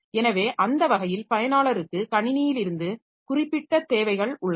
எனவே அந்த வகையில் பயனாளருக்கு கணினியிலிருந்து குறிப்பிட்ட தேவைகள் உள்ளன